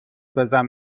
بزن